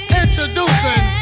introducing